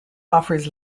offers